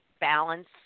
balance